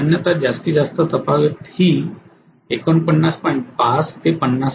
सामान्यपणेजास्तीत जास्त तफावत ही 49